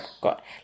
got